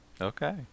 okay